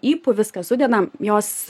ypu viską sudedam jos